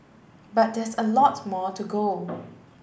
but there's a lot more to go